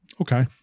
okay